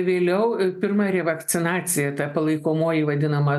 vėliau pirma revakcinacija ta palaikomoji vadinama